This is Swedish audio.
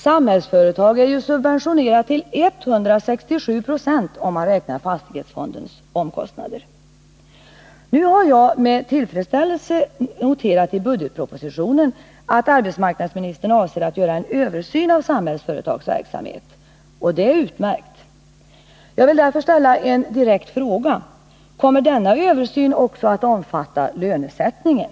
Samhällsföretag är ju subven tionerat till 167 26, om man räknar fastighetsfondens omkostnader. Nr 73 Nu har jag med tillfredsställelse läst i budgetpropositionen att arbetsmark Torsdagen den nadsministern avser att göra en översyn av Samhällsföretags verksamhet. 5 februari 1981 Det är utmärkt. Jag vill därför ställa en direkt fråga: Kommer denna översyn också att omfatta lönesättningen?